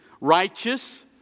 righteous